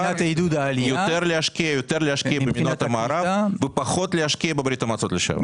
יותר להשקיע במדינות המערב ופחות להשקיע בברית המועצות לשעבר.